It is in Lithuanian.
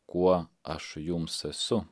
kuo aš jums esu